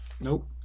Nope